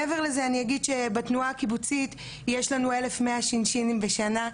מעבר לזה אני אגיד שבתנועה הקיבוצית יש לנו 1,100 'שינשיניות' בשנה,